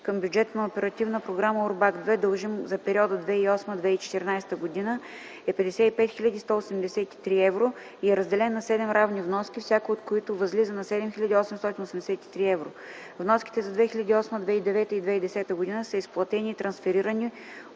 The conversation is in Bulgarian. към бюджета на Оперативна програма „УРБАКТ II”, дължим за периода 2008 – 2014 г., e 55 183 евро и е разделен на 7 равни вноски, всяка от които възлиза на 7883 евро. Вноските за 2008 г., 2009 г. и 2010 г. са изплатени и трансферирани